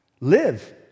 Live